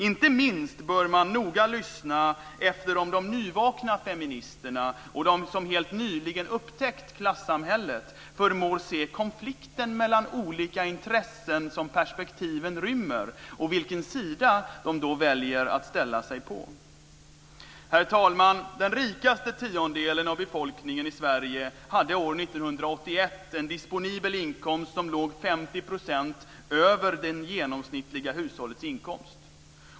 Inte minst bör man noga lyssna efter om de nyvakna feministerna och de som helt nyligen upptäckt klassamhället förmår se konflikten mellan olika intressen som perspektiven rymmer och vilken sida de då väljer att ställa sig på. Herr talman! Den rikaste tiondelen av befolkningen i Sverige hade år 1981 en disponibel inkomst som låg 50 % över det genomsnittliga hushållets inkomst.